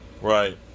Right